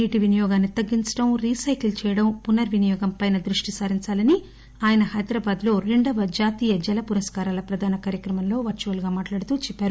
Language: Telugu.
నీటిని వినియోగాన్ని తగ్గించడం రీసైకిల్ చేయడం పునర్ వినియోగం పైన దృష్టి సారించాలని ఆయన హైద్రాబాద్ లో రెండవ జాతీయ జల పురస్కారాల కార్యక్రమంలో వర్చువల్గా మాట్లాడుతూ చెప్పారు